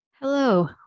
Hello